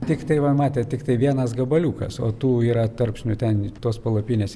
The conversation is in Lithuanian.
tiktai va matėt tiktai vienas gabaliukas o tų yra tarpsnių ten ir tos palapinės